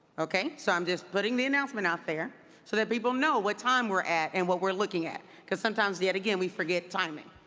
okay? so i'm just putting the announcement out there so that people know what time we're and what we're looking at, because sometimes, yet again, we forget timing.